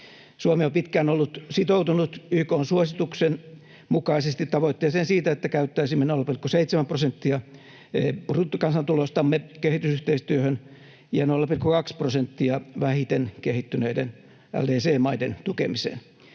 Suomi on pitkään ollut sitoutunut YK:n suosituksen mukaisesti tavoitteeseen siitä, että käyttäisimme 0,7 prosenttia bruttokansantulostamme kehitysyhteistyöhön ja 0,2 prosenttia vähiten kehittyneiden LDC-maiden tukemiseen.